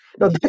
Now